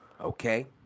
Okay